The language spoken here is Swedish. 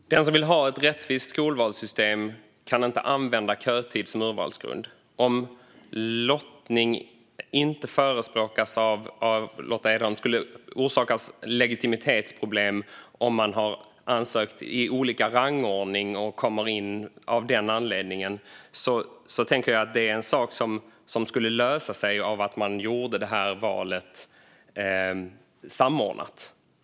Herr talman! Den som vill ha ett rättvist skolvalssystem kan inte använda kötid som urvalsgrund. Lottning förespråkas inte av Lotta Edholm, och hon menar att det skulle orsaka legitimitetsproblem om man har ansökt i olika rangordning och kommer in genom lottning. Jag tänker att det är en sak som skulle lösa sig av att vi gör valet samordnat.